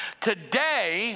today